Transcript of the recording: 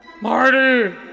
Marty